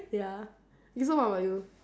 ya K so what about you